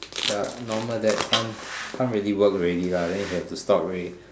ya normal dad can't can't really work already lah then they have to stop ray